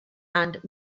and